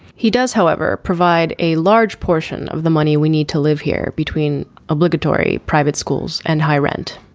he does however provide a large portion of the money we need to live here between obligatory private schools and high rent.